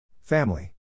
Family